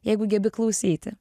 jeigu gebi klausyti